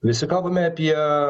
visi kalbame apie